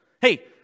Hey